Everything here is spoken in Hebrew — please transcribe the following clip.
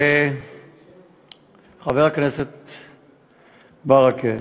חבר הכנסת ברכה,